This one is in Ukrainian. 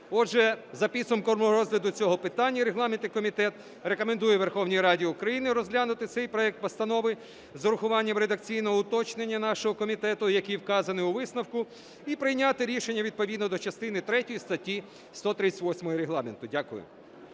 Отже за підсумком розгляду цього питання регламентний комітет рекомендує Верховній Раді України розглянути цей проект постанови з урахуванням редакційного уточнення нашого комітету, який вказаний у висновку, і прийняти рішення відповідно до частини третьої статті 138 Регламенту. Дякую.